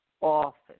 office